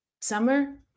summer